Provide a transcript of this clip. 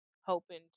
hoping